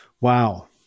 Wow